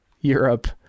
Europe